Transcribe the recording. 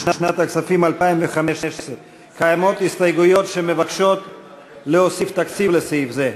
לשנת הכספים 2015. קיימות הסתייגויות שמבקשות להוסיף תקציב לסעיף זה.